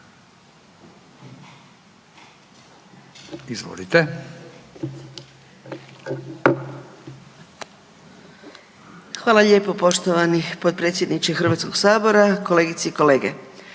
(HDZ)** Hvala lijepo poštovani potpredsjedniče Hrvatskog sabora. Poštovane kolegice